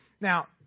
Now